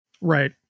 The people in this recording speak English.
Right